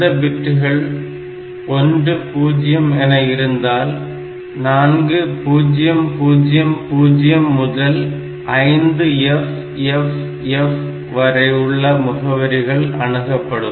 இந்த பிட்டுகள் 10 என இருந்தால் 4000 முதல் 5FFF வரை உள்ள முகவரிகள் அணுகப்படும்